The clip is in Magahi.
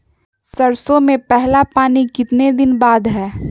सरसों में पहला पानी कितने दिन बाद है?